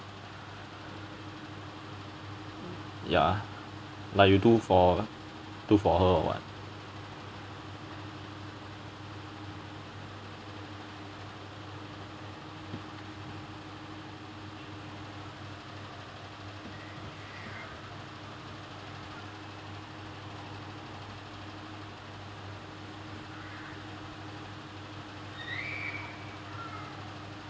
ya like you do for do for her or what